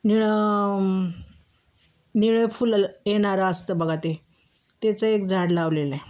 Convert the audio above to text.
निळं निळं फुलं येणार असतं बघा ते त्याचं एक झाड लावलेलं आहे